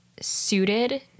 suited